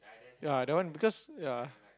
ya that one because ya